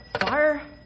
Fire